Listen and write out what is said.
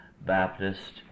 Baptist